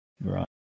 Right